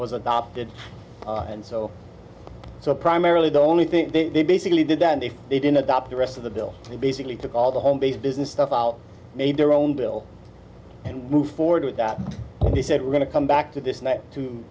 was adopted and so so primarily the only thing they basically did and if they didn't adopt the rest of the bill they basically took all the home based business stuff out made their own bill and move forward with that he said we're going to come back to this next to